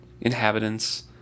inhabitants